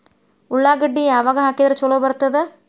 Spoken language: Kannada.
ಉಳ್ಳಾಗಡ್ಡಿ ಯಾವಾಗ ಹಾಕಿದ್ರ ಛಲೋ ಬರ್ತದ?